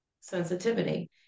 sensitivity